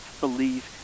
believe